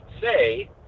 say